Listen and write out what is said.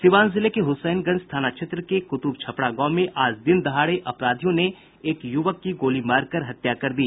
सीवान जिले के हुसैनगंज थाना क्षेत्र के कुतुब छपरा गांव में आज दिनदहाड़े अपराधियों ने एकयुवक की गोली मार कर हत्या कर दी